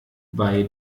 bei